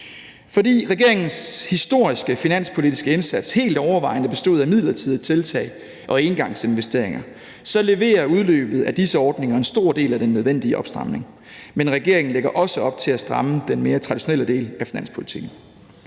Fordi regeringens historiske finanspolitiske indsats helt overvejende bestod af midlertidige tiltag og engangsinvesteringer, så leverer udløbet af disse ordninger en stor del af den nødvendige opstramning. Men regeringen lægger også op til at stramme den mere traditionelle del af finanspolitikken.